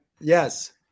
Yes